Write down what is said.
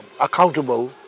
accountable